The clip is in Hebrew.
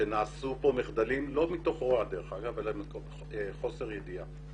שנעשו כאן מחדלים לא מתוך רוע אלא מתוך חוסר ידיעה